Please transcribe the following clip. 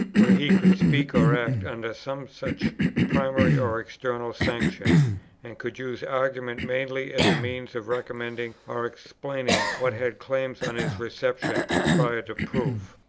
when he could speak or act under some such primary or external sanction and could use argument mainly as a means of recommending or explaining what had claims on his reception prior to proof.